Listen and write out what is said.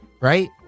right